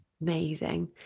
Amazing